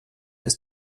ist